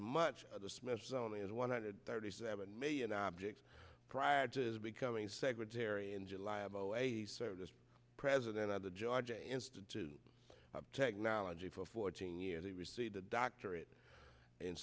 much of the smithsonian one hundred thirty seven million objects prior to becoming secretary in july of zero eight served as president of the georgia institute of technology for fourteen years he received a doctorate in